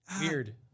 Weird